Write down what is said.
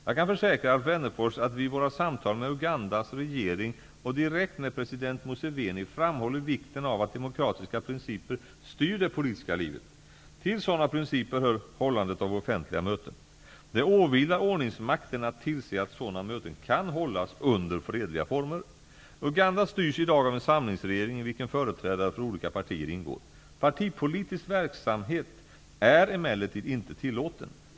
Jag kan försäkra Alf Wennerfors att vi i våra samtal med Ugandas regering och direkt med president Museveni framhåller vikten av att demokratiska principer styr det politiska livet. Till sådana principer hör hållandet av offentliga möten. Det åvilar ordningsmakten att tillse att sådana möten kan hållas under fredliga former. Uganda styrs i dag av en samlingsregering i vilken företrädare för olika partier ingår. Partipolitisk verksamhet är emellertid inte tillåten.